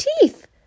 teeth